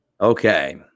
Okay